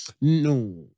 No